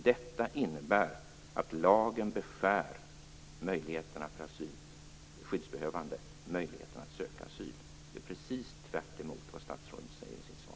Detta innebär att lagen beskär möjligheterna för skyddsbehövande att söka asyl. Det är precis tvärtemot vad statsrådet säger i sitt svar.